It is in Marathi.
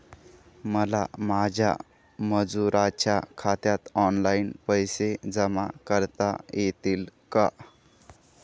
मला माझ्या मजुरांच्या खात्यात ऑनलाइन पैसे जमा करता येतील का?